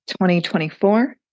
2024